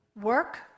Work